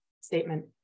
statement